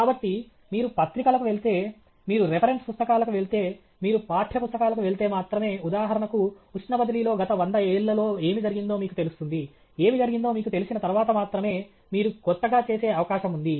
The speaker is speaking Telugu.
కాబట్టి మీరు పత్రికలకు వెళితే మీరు రిఫరెన్స్ పుస్తకాలకు వెళితే మీరు పాఠ్యపుస్తకాలకు వెళితే మాత్రమే ఉదాహరణకు ఉష్ణ బదిలీలో గత 100 ఏళ్లలో ఏమి జరిగిందో మీకు తెలుస్తుంది ఏమి జరిగిందో మీకు తెలిసిన తర్వాత మాత్రమే మీరు క్రొత్తగా చేసే అవకాశం ఉంది